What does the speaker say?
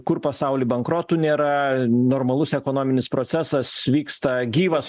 kur pasauly bankrotų nėra normalus ekonominis procesas vyksta gyvas